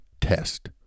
test